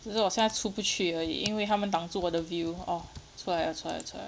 只是我现在出不去而已因为他们挡住我的 view orh 出来了出来了出来了